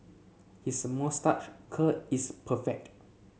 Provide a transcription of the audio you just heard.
his moustache curl is perfect